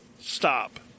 stop